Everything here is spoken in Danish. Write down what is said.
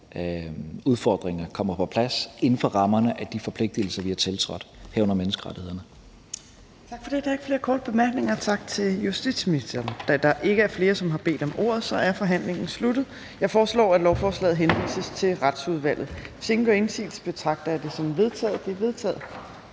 udfordringer kommer på plads inden for rammerne af de forpligtelser, vi har tiltrådt, herunder menneskerettighederne.